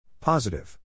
Positive